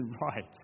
right